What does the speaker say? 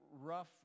rough